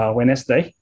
Wednesday